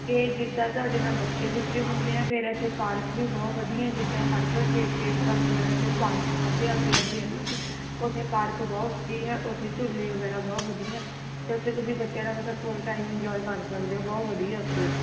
ਅਤੇ ਜਿੱਦਾਂ ਤੁਹਾਡੇ ਨਾਲ ਬੱਚੇ ਬੁੱਚੇ ਹੁੰਦੇ ਆ ਫਿਰ ਇੱਥੇ ਪਾਰਕ ਵੀ ਬਹੁਤ ਵਧੀਆ ਐ ਜਿੱਦਾਂ ਅਰਬਨ ਸਟੇਟ ਫੇਸ ਵਨ ਵਗੈਰਾ 'ਚ ਪਾਰਕ ਆਪਣੇ ਆਪਣੇ ਆਪਣੇ ਆ ਨਾ ਅਤੇ ਉੱਥੇ ਉੱਥੇ ਪਾਰਕ ਬਹੁਤ ਵਧੀਆ ਉੱਥੇ ਝੂਲੇ ਵਗੈਰਾ ਬਹੁਤ ਵਧੀਆ ਅਤੇ ਉੱਥੇ ਤੁਸੀਂ ਬੱਚਿਆਂ ਦਾ ਮਤਲਬ ਫੁੱਲ ਟਾਈਮ ਇੰਜੋਏ ਕਰ ਸਕਦੇ ਹੈ ਬਹੁਤ ਵਧੀਆ ਉੱਥੇ